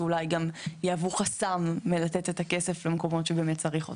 שאולי גם יהוו חסם מלתת את הכסף למקומות שבאמת צריך אותם.